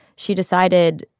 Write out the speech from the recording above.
she decided,